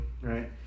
right